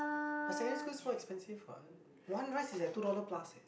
my secondary school is more expensive what one rice is like two dollar plus leh